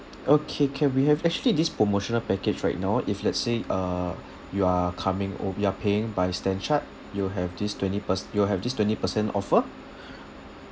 okay can we have actually this promotional package right now if let's say uh you are coming or we are paying by stan chart you'll have this twenty perc~ you'll have this twenty percent offer